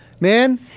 Man